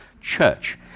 church